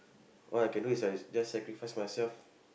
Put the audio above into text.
all I can is I just sacrifice myself